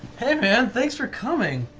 and thanks for coming.